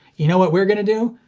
you know what we're gonna do?